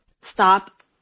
stop